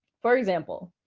for example,